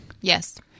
Yes